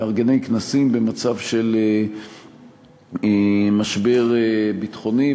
למארגני כנסים במצב של משבר ביטחוני.